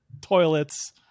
toilets